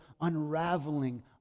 unraveling